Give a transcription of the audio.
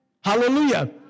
Hallelujah